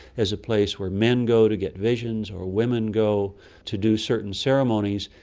as a place where men go to get visions or women go to do certain ceremonies,